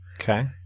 Okay